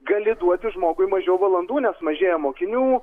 gali duoti žmogui mažiau valandų nes mažėja mokinių